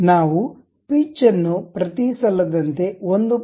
ನಾವು ಪಿಚ್ ಅನ್ನು ಪ್ರತಿ ಸಲದಂತೆ 1